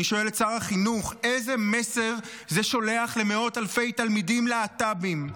אני שואל את שר החינוך: איזה מסר זה שולח למאות אלפי תלמידים להט"בים?